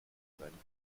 seinen